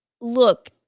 look